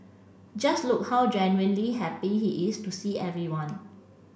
just look how genuinely happy he is to see everyone